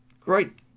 Great